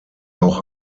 auch